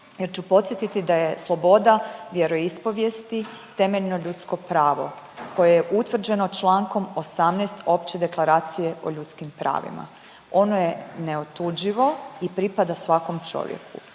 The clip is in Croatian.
jer ću podsjetiti da je sloboda vjeroispovijesti temeljno ljudsko pravo koje je utvrđeno čl. 18. Opće deklaracije o ljudskim pravima. Ono je neotuđivo i pripada svakom čovjeku